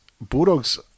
Bulldogs